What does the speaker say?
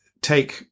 take